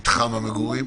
מתחם המגורים?